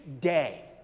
day